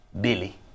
Billy